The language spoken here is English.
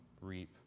reap